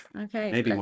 Okay